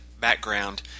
background